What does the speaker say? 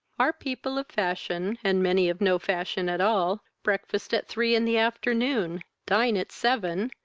our people of fashion, and many of no fashion at all, breakfast at three in the afternoon, dine at seven,